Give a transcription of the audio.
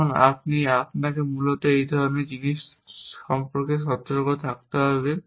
তখন আপনাকে মূলত এই ধরনের জিনিস সম্পর্কে সতর্ক থাকতে হবে